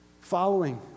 Following